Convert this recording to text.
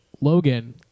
Logan